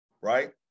right